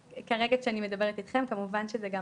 כרגע כשאני מדברת אתכם כמובן שזה גם